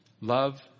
Love